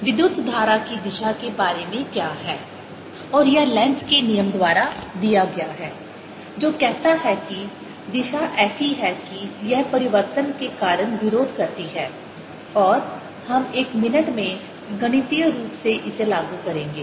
विद्युत धारा की दिशा के बारे में क्या है और यह लेंज़ के नियम Lenzs law द्वारा दिया गया है जो कहता है कि दिशा ऐसी है कि यह परिवर्तन के कारण विरोध करती है और हम एक मिनट में गणितीय रूप से इसे लागू करेंगे